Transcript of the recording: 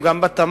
הוא גם בתמ"ת,